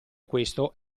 questo